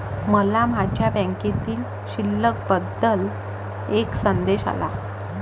मला माझ्या बँकेतील शिल्लक बद्दल एक संदेश आला